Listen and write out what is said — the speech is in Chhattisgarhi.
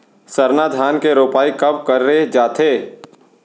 सरना धान के रोपाई कब करे जाथे?